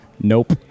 nope